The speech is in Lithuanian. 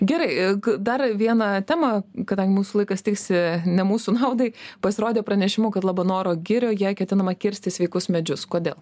gerai dar vieną temą kadangi mūsų laikas tiksi ne mūsų naudai pasirodė pranešimų kad labanoro girioje ketinama kirsti sveikus medžius kodėl